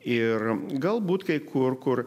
ir galbūt kai kur kur